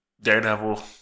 Daredevil